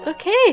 okay